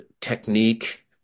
technique